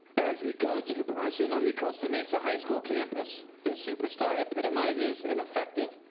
as the go to person on the costa mesa high school campus, this super star epitomizes and effective,